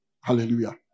Hallelujah